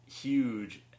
huge